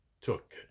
took